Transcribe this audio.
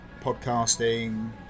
podcasting